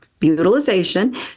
utilization